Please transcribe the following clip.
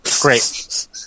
Great